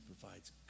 provides